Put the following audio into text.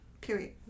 Period